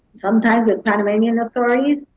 sometimes the panamanian authorities.